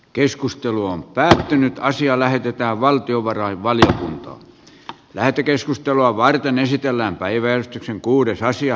keskustelu on päättynyt ja asia lähetetään valtiovarainvaliokuntaan lähetekeskustelua varten esitellään kohtaan vielä saada